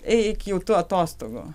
eik jau tu atostogų